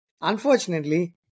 Unfortunately